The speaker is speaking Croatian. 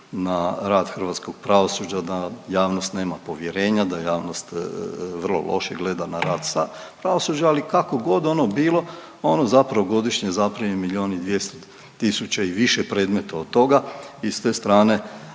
na rad hrvatskog pravosuđa da javnost nema povjerenja, da javnost vrlo loše gleda na rad pravosuđa, ali kakogod ono bilo ono godišnje zaprimi miljon i 200 tisuća i više predmeta od toga i s te strane